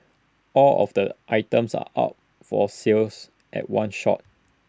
all of the items are up for sales at one shot